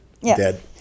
dead